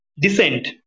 Descent